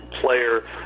player